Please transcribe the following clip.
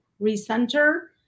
recenter